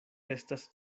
estas